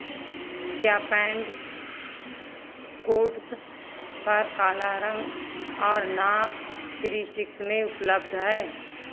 क्या pants coats पर काला रंग और नाप थ्री शिक्स में उपलब्ध है